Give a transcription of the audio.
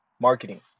marketing